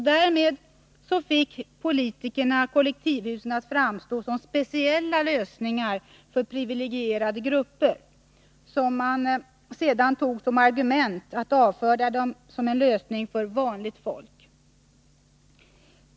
Därmed fick politikerna kollektivhusen att framstå som ”speciella lösningar för privilegierade grupper”, som man sedan tog som argument för att avfärda dem som en lösning för ”vanligt folk”.